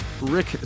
rick